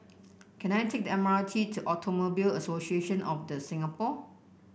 can I take the M R T to Automobile Association of The Singapore